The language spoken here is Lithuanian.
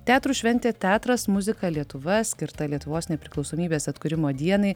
teatrų šventė teatras muzika lietuva skirta lietuvos nepriklausomybės atkūrimo dienai